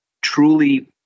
truly